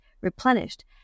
replenished